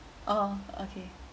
oh okay